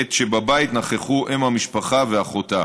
בעת שבבית נכחו אם המשפחה ואחותה.